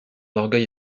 orgueil